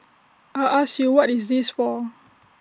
I ask you what is this for